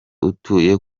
utuye